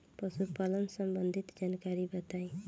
पशुपालन सबंधी जानकारी बताई?